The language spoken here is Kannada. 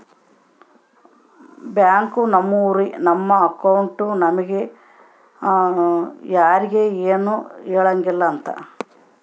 ಬ್ಯಾಂಕ್ ನವ್ರು ನಮ್ ಅಕೌಂಟ್ ಬಗ್ಗೆ ಯರ್ಗು ಎನು ಹೆಳಂಗಿಲ್ಲ ಅಂತ